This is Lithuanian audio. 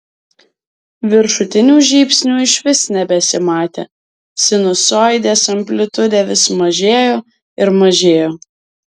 viršutinių žybsnių išvis nebesimatė sinusoidės amplitudė vis mažėjo ir mažėjo